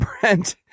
brent